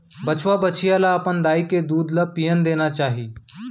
बछवा, बछिया ल अपन दाई के दूद ल पियन देना चाही